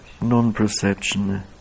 Non-perception